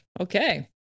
Okay